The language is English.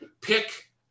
pick